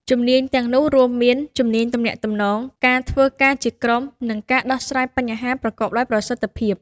ជំនាញទាំងនោះរួមមាន ជំនាញទំនាក់ទំនង ការធ្វើការជាក្រុម និងការដោះស្រាយបញ្ហា ប្រកបដោយប្រសិទ្ធភាព។